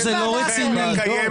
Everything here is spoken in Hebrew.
אין ברצונכם לקיים דיון?